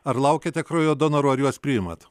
ar laukiate kraujo donorų ar juos priimat